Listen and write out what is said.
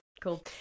cool